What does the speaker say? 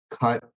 cut